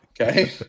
okay